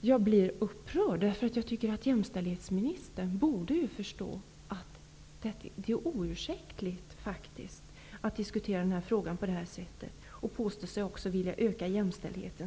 Jag blir upprörd därför att jag tycker att jämställdhetsministern borde förstå att det faktiskt är oursäktligt att diskutera denna fråga på det här sättet samtidigt som han påstår sig vilja öka jämställdheten.